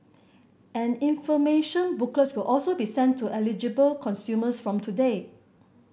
an information booklets will also be sent to eligible consumers from today